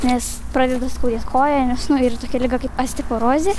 nes pradeda skaudėt koją nes nu yra tokia liga kaip osteoporozė